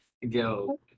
Yo